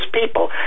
people